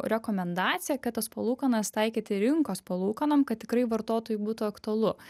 rekomendaciją kad tas palūkanas taikyti rinkos palūkanom kad tikrai vartotojui būtų aktualu